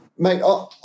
Mate